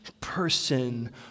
person